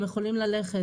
הם יכולים ללכת,